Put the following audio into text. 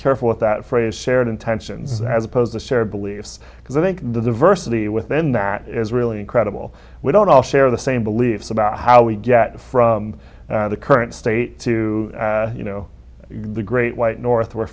careful with that phrase shared intention as opposed to shared beliefs because i think the diversity within that is really incredible we don't all share the same beliefs about how we get from the current state to you know the great white north